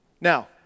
Now